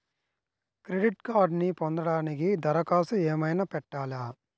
Credit కార్డ్ను పొందటానికి దరఖాస్తు ఏమయినా పెట్టాలా?